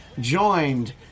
joined